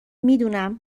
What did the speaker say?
میدونم